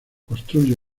construye